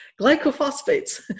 glycophosphates